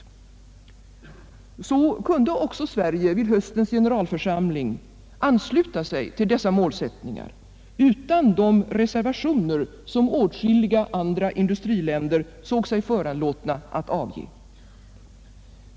Så kunde också Sverige vid höstens generalförsamling ansluta sig till dessa målsättningar'utan de reservationer som åtskilliga andra industriländer såg sig föranlåtna att avge.